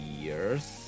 years